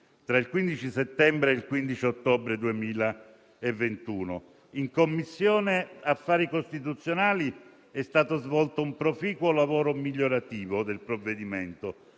tra il 15 settembre e il 15 ottobre 2021. In Commissione affari costituzionali è stato svolto un proficuo lavoro migliorativo del provvedimento.